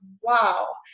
wow